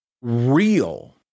Real